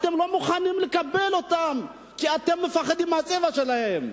אתם לא מוכנים לקבל אותם כי אתם מפחדים מהצבע שלהם.